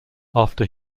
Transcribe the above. after